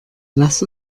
lass